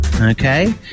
Okay